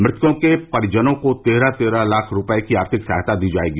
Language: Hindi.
मृतकों के परिजनों को तेरह तेरह लाख रूपये की आर्थिक सहायता दी जायेगी